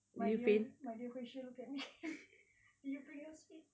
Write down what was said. my dear my dear vishu looked at me and do you bring your sweets